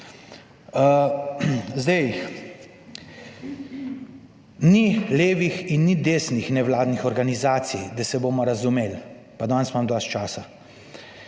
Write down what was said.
Zdaj, ni levih in ni desnih nevladnih organizacij, da se bomo razumeli, pa danes imam dosti časa,